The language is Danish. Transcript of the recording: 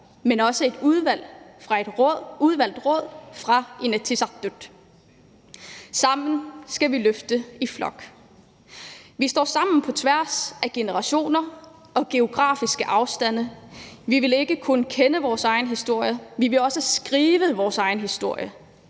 men også på et udvalgt råd fra Inatsisartut. Kl. 20:18 Sammen skal vi løfte i flok. Vi står sammen på tværs af generationer og geografiske afstande. Vi vil ikke kun kende vores egen historie – vi vil også skrive vores egen historie.